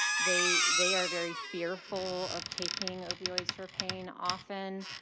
they they are very fearful of taking opioids for pain, often.